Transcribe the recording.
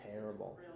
terrible